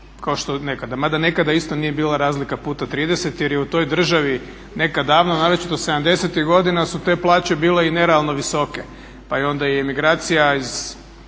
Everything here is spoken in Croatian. kao nekada. Mada nekada isto nije bila razlika puta 30 jer je u toj državi nekad davno, naročito '70-ih godina su te plaće bile i nerealno visoke pa je onda i emigracija iz